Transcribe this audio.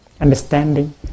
Understanding